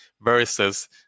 versus